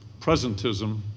presentism